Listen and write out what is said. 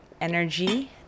energy